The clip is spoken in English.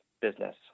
business